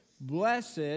blessed